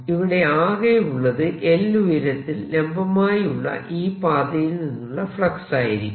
ഇവിടെ ആകെയുള്ളത് l ഉയരത്തിൽ ലംബമായി ഉള്ള ഈ പാതയിൽ നിന്നുള്ള ഫ്ലക്സ് ആയിരിക്കും